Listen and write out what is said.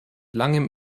langem